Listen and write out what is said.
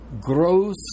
growth